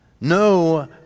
No